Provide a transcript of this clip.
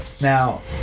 now